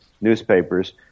newspapers